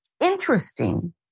interesting